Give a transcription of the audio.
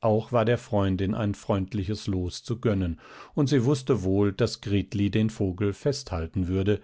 auch war der freundin ein freundliches los zu gönnen und sie wußte wohl daß gritli den vogel festhalten würde